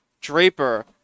Draper